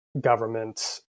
government